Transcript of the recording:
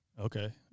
Okay